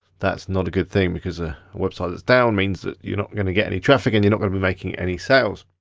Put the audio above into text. that's not a good thing, because a website that's down means that you're not gonna get any traffic and you're not gonna be making any sales.